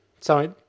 Sorry